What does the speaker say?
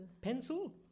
Pencil